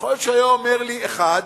יכול להיות שהיה אומר לי אחד,